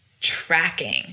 tracking